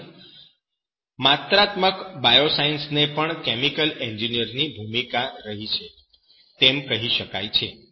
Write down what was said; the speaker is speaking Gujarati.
ઉપરાંત માત્રાત્મક બાયોસાયન્સ માં પણ કેમિકલ એન્જિનિયર્સની ભૂમિકા રહી છે તેમ કહી શકાય છે